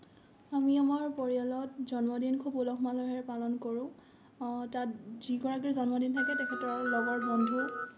আমি আমাৰ পৰিয়ালত জন্মদিন খুব উলহ মালহেৰে পালন কৰোঁ তাত যিগৰাকীৰ জন্মদিন থাকে তেখেতৰ লগৰ বন্ধু